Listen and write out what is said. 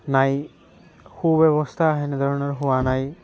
নাই সু ব্যৱস্থা সেনেধৰণৰ হোৱা নাই